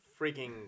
freaking